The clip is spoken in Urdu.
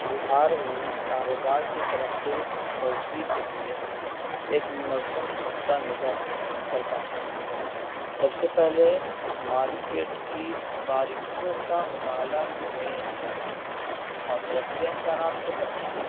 بہار میں کاروبار کی ترقی اور توسیع کے لیے ایک منظم نقطہ نظر درکار ہے سب سے پہلے مارکیٹ کی باریکیوں کا مطالعہ کریں اور ترقی امکانات کو پہچانیں